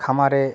খামারে